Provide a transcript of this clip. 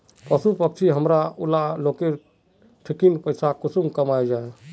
पशु पक्षी हमरा ऊला लोकेर ठिकिन पैसा कुंसम कमाया जा?